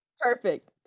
Perfect